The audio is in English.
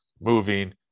moving